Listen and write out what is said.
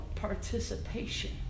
participation